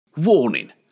Warning